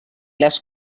les